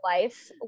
life